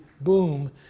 boom